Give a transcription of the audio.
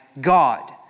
God